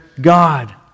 God